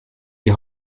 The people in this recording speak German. die